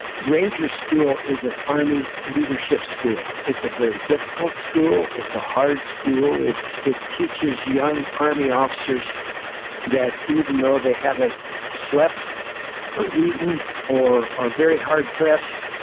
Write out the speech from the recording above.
ranger school is an army leadership school. it's a very difficult school. it's a hard school. it teaches young army officers that even though they haven't slept or eaten or are very hard pressed,